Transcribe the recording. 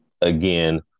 again